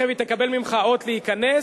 תיכף היא תקבל ממך אות להיכנס,